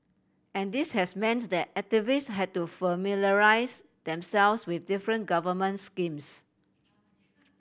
and this has meant that activist had to familiarise themselves with different government schemes